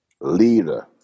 leader